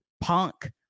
punk